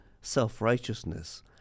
self-righteousness